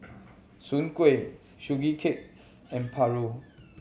Soon Kuih Sugee Cake and paru